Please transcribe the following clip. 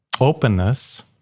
openness